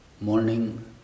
morning